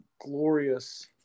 glorious